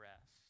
rest